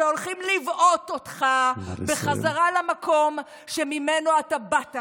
שהולכים לבעוט אותך בחזרה למקום שממנו באת,